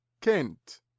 Kent